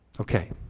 Okay